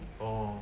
oh